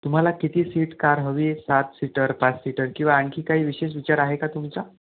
तुम्हाला किती seat car हवी सात सीटर पाच सीटर किंवा आणखी काही विशेष विचार आहे का तुमचा